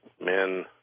men